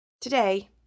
Today